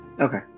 Okay